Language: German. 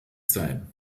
sein